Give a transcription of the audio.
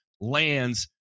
lands